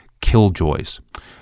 Killjoys